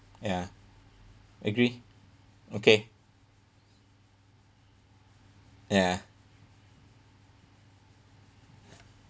ya agree okay ya